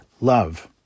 love